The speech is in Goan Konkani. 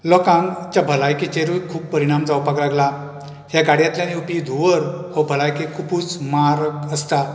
लोकांक च्या भलायकेचेरुंय खूब परिणाम जावपाक लागला हे गाडयातल्यान येवपी धुंवर भलायकेक खुबूच मार आसता